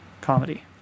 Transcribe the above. comedy